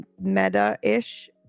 meta-ish